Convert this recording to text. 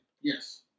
Yes